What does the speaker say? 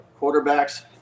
quarterbacks